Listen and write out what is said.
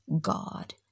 God